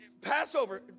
Passover